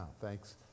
thanks